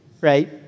right